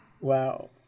Wow